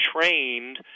trained